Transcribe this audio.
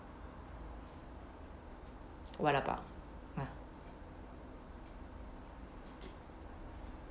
what about ha